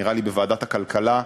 נראה לי בוועדת הכלכלה,